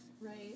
Right